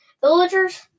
villagers